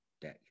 day